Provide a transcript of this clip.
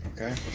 Okay